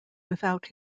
without